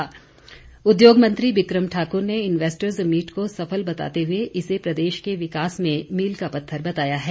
विक्रम ठाक्र उद्योग मंत्री विक्रम ठाकुर ने इन्वेस्टर मीट को सफल बताते हुए इसे प्रदेश के विकास में मील का पत्थर बताया है